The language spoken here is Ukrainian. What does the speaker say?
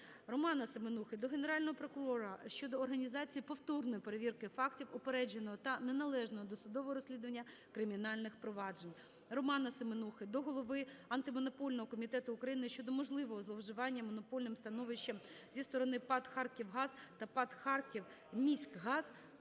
Романа Семенухи до Генерального прокурора щодо організації повторної перевірки фактів упередженого та неналежного досудового розслідування кримінальних проваджень. Романа Семенухи до голови Антимонопольного комітету України щодо можливого зловживання монопольним становищем зі сторони ПАТ "ХАРКІВГАЗ" та ПАТ "ХАРКІВМІСЬКГАЗ"